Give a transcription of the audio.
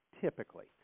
typically